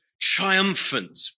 triumphant